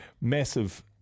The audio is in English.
Massive